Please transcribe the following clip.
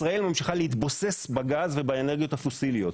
ישראל ממשיכה להתבוסס בגז ובאנרגיות הפוסיליות?